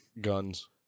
guns